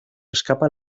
escapa